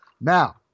Now